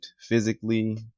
physically